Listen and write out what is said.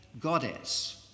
goddess